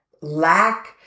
lack